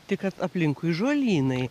tik kad aplinkui žolynai